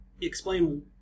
explain